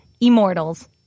Immortals